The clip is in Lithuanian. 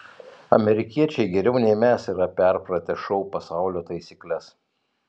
amerikiečiai geriau nei mes yra perpratę šou pasaulio taisykles